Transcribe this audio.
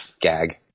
gag